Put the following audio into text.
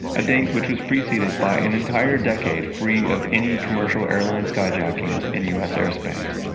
a date which was pre-seated by an entire decade free of any commercial airline skyjackings in us airspace.